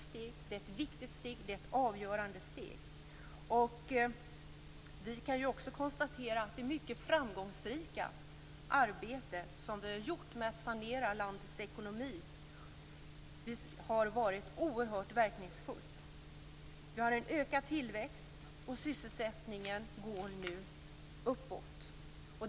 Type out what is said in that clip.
Det är ett viktigt steg. Det är ett avgörande steg. Vi kan konstatera att det mycket framgångsrika arbetet med att sanera landets ekonomi har varit oerhört verkningsfullt. Det finns en ökad tillväxt, och sysselsättningen går uppåt.